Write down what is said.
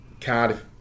Cardiff